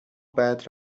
بعد